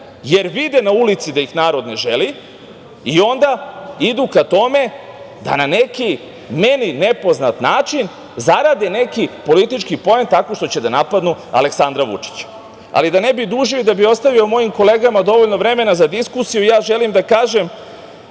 jer vide na ulici da ih narod ne želi i onda idu ka tome da na neki, meni nepoznat način, zarade neki politički poen tako što će da napadnu Aleksandra Vučića. Da ne bih dužio i da bih ostavio mojim kolegama dovoljno vremena za diskusiju, ja želim da kažem